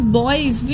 boys